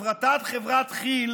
הפרטת חברת כי"ל